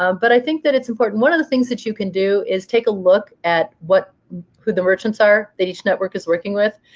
um but i think that it's important. one of the things that you can do is take a look at who the merchants are that each network is working with.